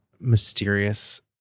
mysterious